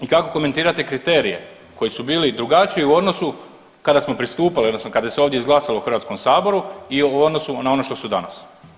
I kako komentirate kriterije koji su bili drugačiji u odnosu kada smo pristupali odnosno kada se ovdje izglasalo u HS-u i u odnosu na ono što su danas?